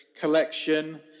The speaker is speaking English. collection